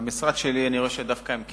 למשרד שלי אני רואה שהם דווקא כן ענו,